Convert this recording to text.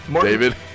David